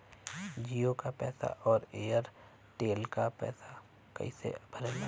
जीओ का पैसा और एयर तेलका पैसा कैसे भराला?